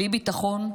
בלי ביטחון,